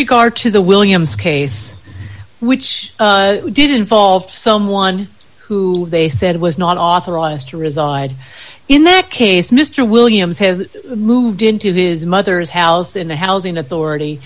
regard to the williams case which did involve someone who they said was not authorized to reside in that case mr williams have moved into his mother's house in the housing authority